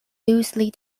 loosely